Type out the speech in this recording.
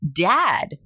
dad